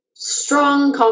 Strong